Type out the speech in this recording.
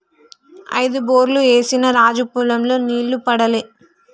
ఐదు బోర్లు ఏసిన రాజు పొలం లో నీళ్లు పడలే